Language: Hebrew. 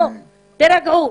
תירגעו,